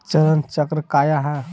चरण चक्र काया है?